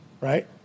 Right